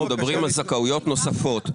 אנחנו מדברים על זכאויות נוספות.